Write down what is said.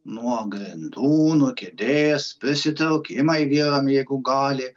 nuo grindų nuo kėdės prisitraukimai vienam jeigu gali